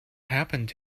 happened